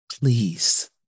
Please